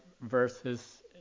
versus